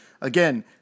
again